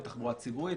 בתחבורה ציבורית,